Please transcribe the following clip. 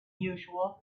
usual